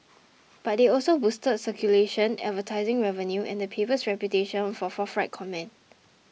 but they also boosted circulation advertising revenue and the paper's reputation for forthright comment